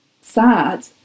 sad